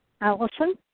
Allison